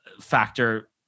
factor